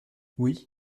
oui